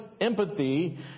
empathy